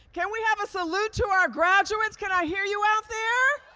can we have a salute to our graduates? can i hear you out there?